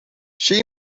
she